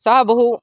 सः बहु